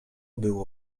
było